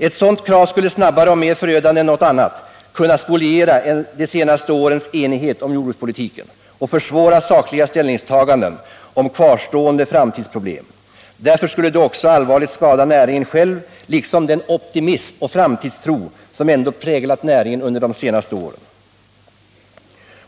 Ett sådant krav skulle snabbare och mer förödande än något annat ha kunnat spoliera de senaste årens enighet om jordbrukspolitiken och försvåra sakliga ställningstaganden om kvarstående framtidsproblem. Därmed skulle det också allvarligt skada näringen själv liksom den optimism och framtidstro som ändock präglat näringen under de senaste åren.